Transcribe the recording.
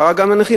קרא גם לנכים,